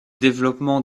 développements